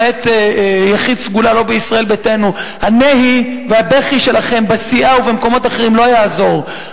למעט יחיד סגולה: הנהי והבכי שלכם בסיעה ובמקומות אחרים לא יעזרו.